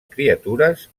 criatures